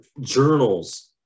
journals